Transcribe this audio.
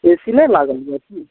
ए C नहि लागल यऽ की